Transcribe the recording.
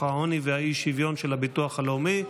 העוני והאי-שוויון של הביטוח הלאומי.